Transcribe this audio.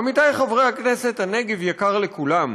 עמיתיי חברי הכנסת, הנגב יקר לכולם,